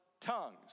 tongues